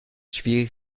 schwierig